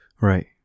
right